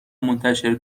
منتشر